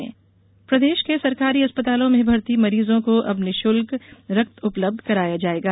blood bank प्रदेश के सरकारी अस्पतालों में भर्ती मरीजों को अब निःशुल्क में रक्त उपलब्ध कराया जायेगा